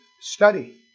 Study